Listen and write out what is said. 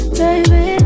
baby